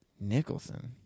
Nicholson